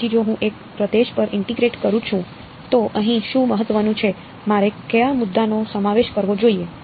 તેથી જો હું એક પ્રદેશ પર ઇન્ટીગ્રેટ કરું છું તો અહીં શું મહત્વનું છે મારે કયા મુદ્દાનો સમાવેશ કરવો જોઈએ